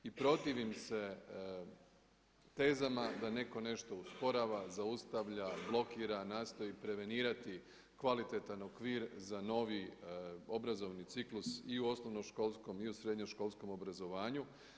I protivim se tezama da netko nešto osporava, zaustavlja, blokira, nastoji prevenirati kvalitetan okvir za novi obrazovni ciklus i u osnovnoškolskom i u srednjoškolskom obrazovanju.